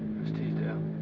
miss teasdale?